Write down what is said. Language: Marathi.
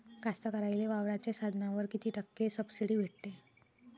कास्तकाराइले वावराच्या साधनावर कीती टक्के सब्सिडी भेटते?